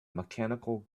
mechanical